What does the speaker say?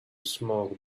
smoke